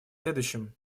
следующем